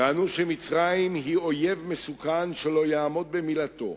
טענו שמצרים היא אויב מסוכן שלא יעמוד במילתו,